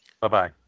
Bye-bye